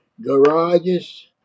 Garages